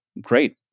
great